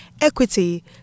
equity